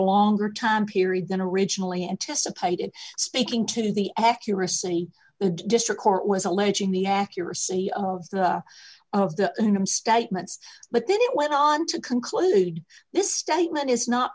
longer time period than originally anticipated speaking to the accuracy the district court was alleging the accuracy of the statements but then it went on to conclude this statement is not